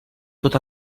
tot